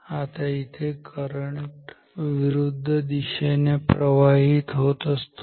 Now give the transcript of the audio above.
आता इथे करंट विरुद्ध दिशेने प्रवाहित होत असतो